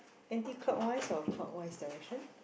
anti clockwise or clockwise direction